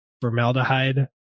formaldehyde